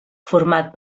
format